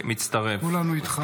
כולנו איתך.